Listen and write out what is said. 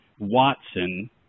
Watson